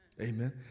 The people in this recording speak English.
Amen